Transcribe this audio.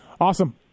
Awesome